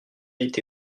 été